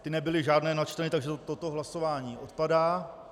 Ty nebyly žádné načteny, takže toto hlasování odpadá.